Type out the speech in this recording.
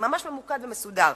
זה ממש ממוקד ומסודר.